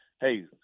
Hey